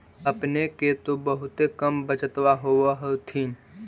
अपने के तो बहुते कम बचतबा होब होथिं?